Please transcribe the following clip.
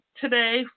today